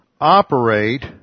operate